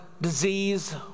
disease